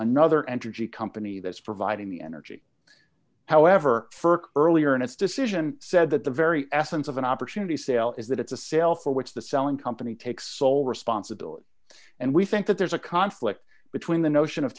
another energy company that's providing the energy however ferk earlier in its decision said that the very essence of an opportunity sale is that it's a sale for which the selling company takes sole responsibility and we think that there's a conflict between the notion of